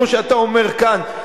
כמו שאתה אומר כאן,